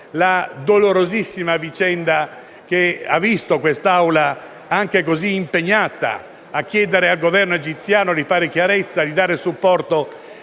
la dolorosissima vicenda che ha visto anche quest'Assemblea impegnata a chiedere al Governo egiziano di fare chiarezza e di dare supporto